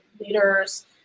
leaders